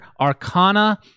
Arcana